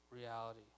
reality